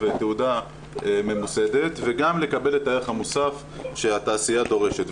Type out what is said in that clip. תעודה ממוסדת וגם לקבל את הערך המוסף שהתעשייה דורשת,